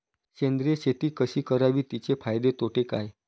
सेंद्रिय शेती कशी करावी? तिचे फायदे तोटे काय?